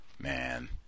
Man